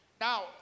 Now